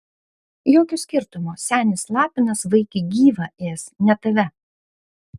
jokio skirtumo senis lapinas vaikį gyvą ės ne tave